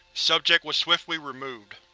subject was swifty removed.